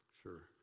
Sure